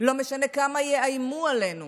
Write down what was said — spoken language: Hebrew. לא משנה כמה יאיימו עלינו